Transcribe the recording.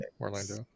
Orlando